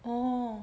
oh